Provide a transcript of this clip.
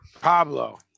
Pablo